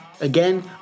again